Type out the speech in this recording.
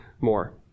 more